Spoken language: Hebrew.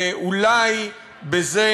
ואולי בזה